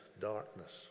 darkness